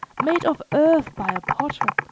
made of earth by a potter.